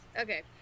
Okay